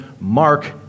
mark